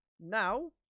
Now